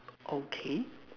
okay